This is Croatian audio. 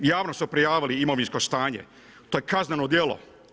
Javno su prijavili imovinsko stanje, to je kazneno djelo.